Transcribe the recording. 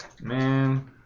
Man